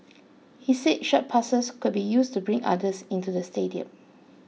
he said such passes could be used to bring others into the stadium